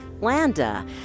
Landa